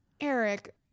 Eric